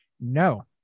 No